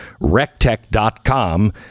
Rectech.com